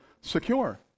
secure